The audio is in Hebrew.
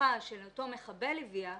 שהמשפחה של אותו מחבל הביאה